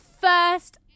first